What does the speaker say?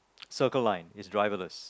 Circle Line is driverless